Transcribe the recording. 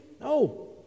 No